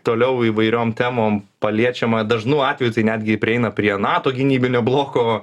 toliau įvairiom temom paliečiama dažnu atveju tai netgi prieina prie nato gynybinio bloko